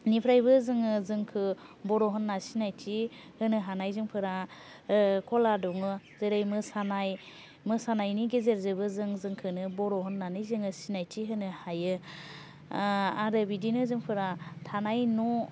निफ्रायबो जोङो जोंखौ बर' होन्ना सिनायथि होनो हानाय जोंफोरा क'ला दङो जेरै मोसानाय मोसानायनि गेजेरजोंबो जों जोंखौनो बर' होन्नानै जोङो सिनायथि होनो हायो आरो बिदिनो जोंफोरा थानाय न'